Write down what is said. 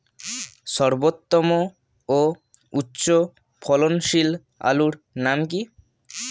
সর্বোত্তম ও উচ্চ ফলনশীল আলুর নাম কি?